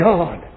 God